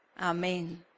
Amen